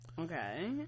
okay